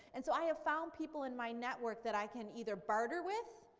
and so i have found people in my network that i can either barter with,